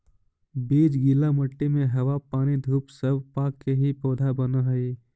बीज गीला मट्टी में हवा पानी धूप सब पाके ही पौधा बनऽ हइ